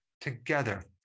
together